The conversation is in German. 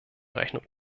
rechnung